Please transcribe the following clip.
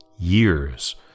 years